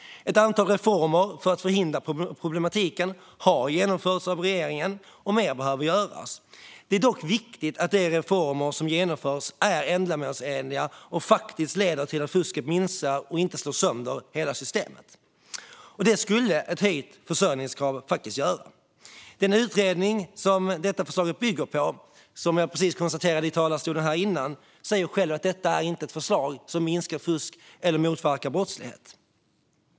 Ett antal reformer för att förhindra problematiken har genomförts av regeringen, och mer behöver göras. Det är dock viktigt att de reformer som genomförs är ändamålsenliga och faktiskt leder till att fusket minskar och inte slår sönder hela systemet. Och det skulle ett höjt försörjningskrav faktiskt göra. I den utredning som detta förslag bygger på sägs att detta inte är ett förslag som minskar fusk eller motverkar brottslighet.